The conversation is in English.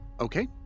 okay